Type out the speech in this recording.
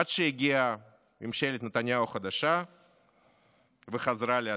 עד שהגיעה ממשלת נתניהו החדשה וחזרה להזיק.